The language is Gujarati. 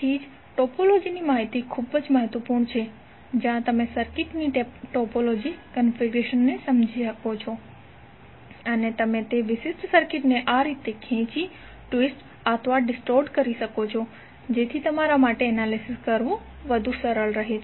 તેથી જ ટોપોલોજીની માહિતી ખૂબ મહત્વપૂર્ણ છે જ્યા તમે સર્કિટની ટોપોલોજી કન્ફિગરેશનને સમજી શકો છો અને તમે તે વિશિષ્ટ સર્કિટને આ રીતે ખેંચી ટ્વિસ્ટ અથવા ડિસ્ટોર્ટ કરી શકો છો જેથી તમારા માટે એનાલિસિસ કરવું સરળ રહે